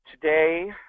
Today